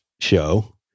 Show